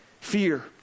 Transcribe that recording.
Fear